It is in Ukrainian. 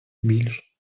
більш